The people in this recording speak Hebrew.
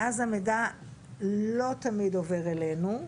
סטרוק: ואז המידע לא תמיד עובר אלינו.